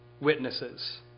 witnesses